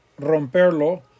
romperlo